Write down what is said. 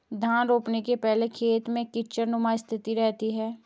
धान रोपने के पहले खेत में कीचड़नुमा स्थिति रहती है